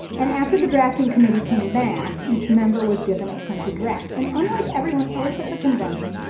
and after the drafting committee came back, each member was given a printed draft. and unlike everyone else at the convention,